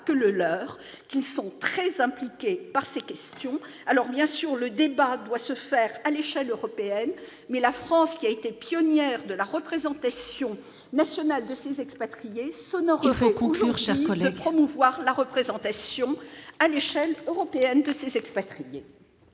que le leur, qu'ils sont très impliqués sur ces questions. Alors, bien sûr, le débat doit être conduit à l'échelle européenne, mais la France, qui a été pionnière de la représentation nationale de ses propres expatriés, s'honorerait, aujourd'hui, de promouvoir leur représentation à l'échelle européenne. La parole